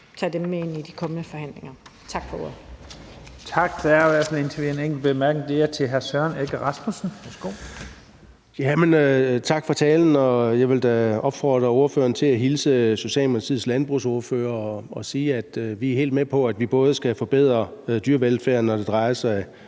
kort bemærkning til hr. Søren Egge Rasmussen. Værsgo. Kl. 12:43 Søren Egge Rasmussen (EL): Tak for talen, og jeg vil da opfordre ordføreren til at hilse Socialdemokratiets landbrugsordfører og sige, at vi er helt med på, at vi både skal forbedre dyrevelfærden, når det drejer sig